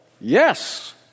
yes